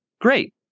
great